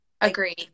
agree